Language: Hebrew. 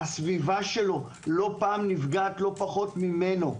הסביבה שלו לא פעם נפגעת לא פחות ממנו.